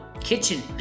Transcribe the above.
kitchen